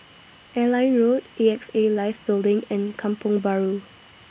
Airline Road A X A Life Building and Kampong Bahru